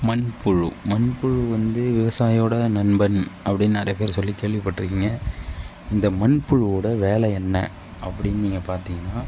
மண்புழு மண்புழு வந்து விவசாயியோட நண்பன் அப்படின்னு நிறைய பேர் சொல்லி கேள்வி பட்டுருக்கீங்க இந்த மண் புழுவோட வேலை என்ன அப்படின்னு நீங்க பார்த்திங்கன்னா